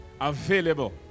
available